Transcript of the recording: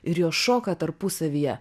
ir jos šoka tarpusavyje